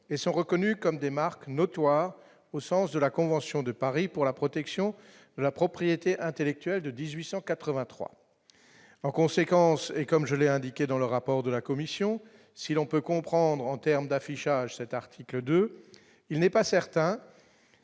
et sont reconnus comme des marques notoires au sens de la Convention de Paris pour la protection de la propriété intellectuelle de 1883 en conséquence et comme je l'ai indiqué dans le rapport de la commission, si l'on peut comprendre en termes d'affichage cet article 2 il n'est pas certain